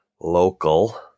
Local